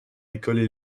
écoles